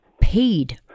paid